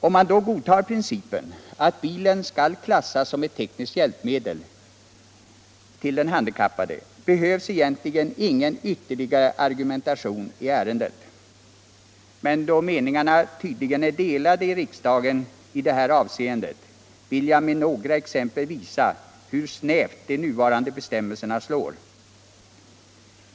| Om man godtar principen att bilen skall klassas som ett tekniskt hjälpmedel för den handikappade behövs egentligen ingen ytterligare argumentation i ärendet. Men då meningarna tydligen är delade i riksdagen i det här avseendet vill jag med några exempel visa hur snävt de nuvarande bestämmelserna slår.